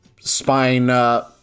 spine